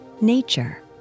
nature